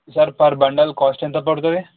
sir per bundle cost ఎంత పడుతుంది